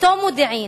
אותו מודיעין,